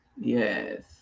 yes